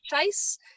chase